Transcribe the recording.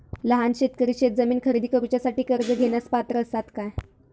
लहान शेतकरी शेतजमीन खरेदी करुच्यासाठी कर्ज घेण्यास पात्र असात काय?